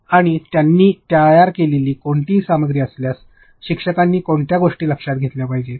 आणि त्यांनी तयार केलेली कोणतीही सामग्री असल्यास शिक्षकांनी कोणत्या गोष्टी लक्षात घेतल्या पाहिजेत